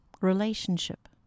relationship